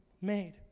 made